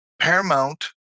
Paramount